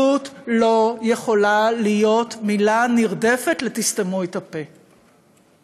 "אחדות" לא יכולה להיות מילה נרדפת ל"תסתמו את הפה".